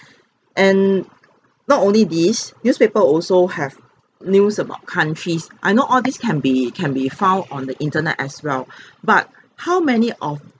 and not only this newspaper also have news about countries I know all this can be can be found on the internet as well but how many of